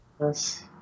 Yes